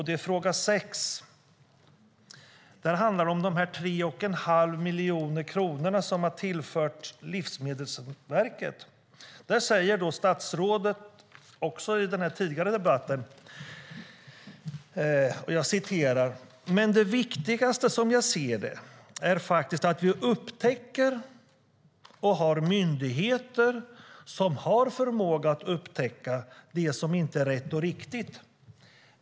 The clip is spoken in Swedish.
Det är den sjätte, och den handlar om de 3,5 miljoner kronor som har tillförts Livsmedelsverket. I den tidigare debatten sade statsrådet: "Men det viktigaste, som jag ser det, är faktiskt att vi upptäcker, och har myndigheter som har förmåga att upptäcka, det som inte är rätt och riktigt.